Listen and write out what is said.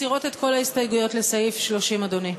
מסירות את כל ההסתייגויות לסעיף 30, אדוני.